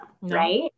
right